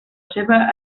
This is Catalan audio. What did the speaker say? seva